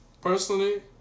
personally